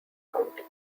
county